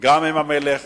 גם עם המלך